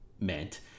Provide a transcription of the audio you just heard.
meant